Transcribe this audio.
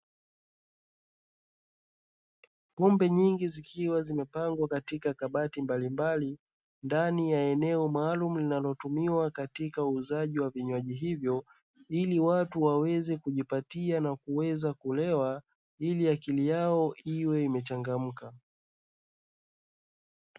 Pombe nyingi zikiwa zimepangwa katika kabati mbalimbali ndani ya eneo maalumu, linalotumiwa katika uuzaji wa vinywaji hivyo ili watu waweze kujipatia na kuweza kulewa ili akili yao iwe imechangamka.